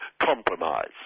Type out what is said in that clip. compromise